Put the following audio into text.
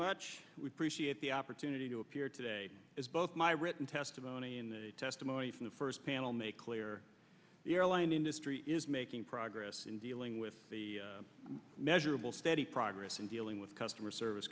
appreciate the opportunity to appear today as both my written testimony in the testimony from the first panel make clear the airline industry is making progress in dealing with the measurable steady progress in dealing with customer service